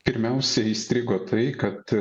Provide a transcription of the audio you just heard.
pirmiausia įstrigo tai kad